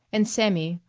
and sammy,